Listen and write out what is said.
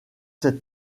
cette